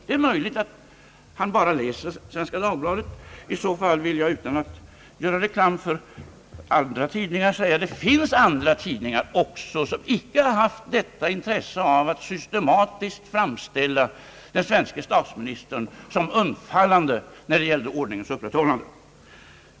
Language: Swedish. Det är möjligt att herr Holmberg bara läser Svenska Dagbladet. I så fall vill jag utan att göra reklam för andra tidningar säga: Det finns andra tidningar också som icke haft detta intresse att systematiskt framställa den svenske statsministern som undfallande när det gäller ordningens upprätthållande.